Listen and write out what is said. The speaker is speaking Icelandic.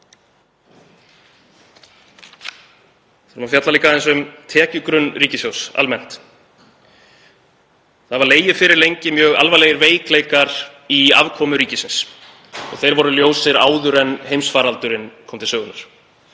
ætla líka að fjalla aðeins um tekjugrunn ríkissjóðs almennt. Það hafa legið fyrir lengi mjög alvarlegir veikleikar í afkomu ríkisins og þeir voru ljósir áður en heimsfaraldurinn kom til sögunnar.